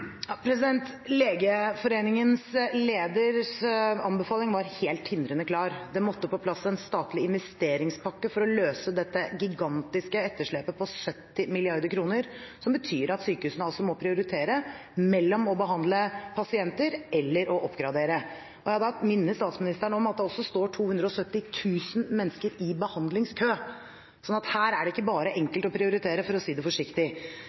Legeforeningens leders anbefaling var helt tindrende klar: Det måtte på plass en statlig investeringspakke for å løse dette gigantiske etterslepet på 70 mrd. kr, som betyr at sykehusene altså må prioritere mellom å behandle pasienter eller å oppgradere. Jeg minner statsministeren om at det også står 270 000 mennesker i behandlingskø, så her er det ikke bare enkelt å prioritere, for å si det forsiktig.